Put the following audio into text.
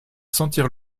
sentir